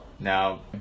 Now